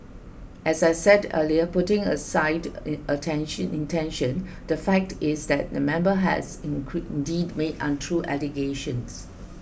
as I said earlier putting aside attention intention the fact is that the member has deed made untrue allegations